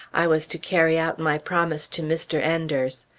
i was to carry out my promise to mr. enders.